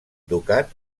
ducat